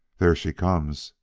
there she comes,